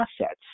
assets